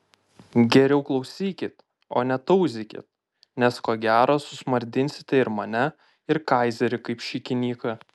geriau klausykit o ne tauzykit nes ko gero susmardinsite ir mane ir kaizerį kaip šikinyką